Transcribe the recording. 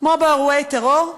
כמו באירועי טרור,